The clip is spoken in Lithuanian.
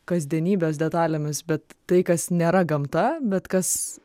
kasdienybės detalėmis bet tai kas nėra gamta bet kas